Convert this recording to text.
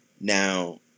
now